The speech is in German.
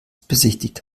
besichtigt